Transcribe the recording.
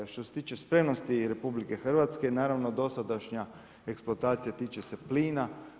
Što se tiče spremnosti RH, naravno dosadašnja eksploatacija tiče se plina.